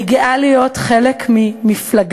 אני גאה להיות חלק ממפלגה